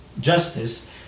justice